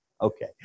Okay